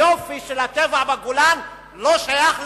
היופי של הטבע בגולן לא שייך לכובש.